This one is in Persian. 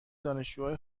دانشجوهای